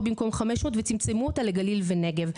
במקום 500 וצמצמו אותה לגליל ונגב.